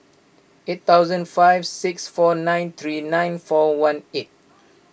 eight thousand five six four nine three nine four one eight